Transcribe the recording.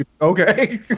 Okay